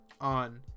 on